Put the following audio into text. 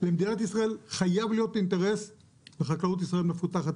למדינת ישראל חייב להיות אינטרס של חקלאות ישראלית מפותחת,